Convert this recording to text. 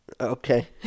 Okay